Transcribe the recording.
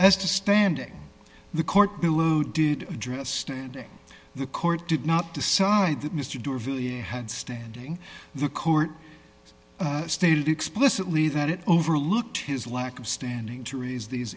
as to standing the court below did address standing the court did not decide that mr d'orvilliers had standing the court stated explicitly that it overlooked his lack of standing to raise these